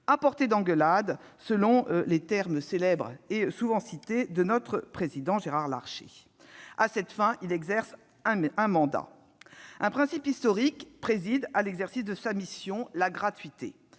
reprendre l'expression désormais célèbre et souvent citée de notre président Gérard Larcher. À cette fin, il exerce un mandat. Un principe historique préside à l'exercice de sa mission : la gratuité.